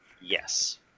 Yes